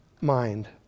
mind